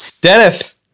Dennis